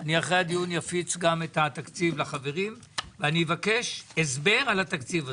אחרי הדיון אני אפיץ את התקציב לחברים ואבקש הסבר על התקציב הזה.